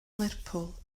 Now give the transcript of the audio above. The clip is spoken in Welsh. lerpwl